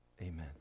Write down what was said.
Amen